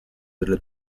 delle